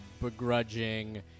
begrudging